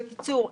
בקיצור,